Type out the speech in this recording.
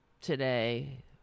today